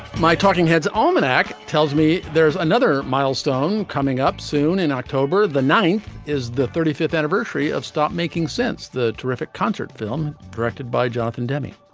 my talking heads almanac tells me there's another milestone coming up soon in october the ninth is the thirty fifth anniversary of stop making sense. the terrific concert film directed by jonathan demi.